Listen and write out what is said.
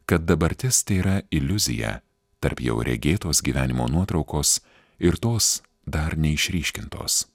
kad dabartis tėra iliuzija tarp jau regėtos gyvenimo nuotraukos ir tos dar neišryškintos